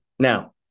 Now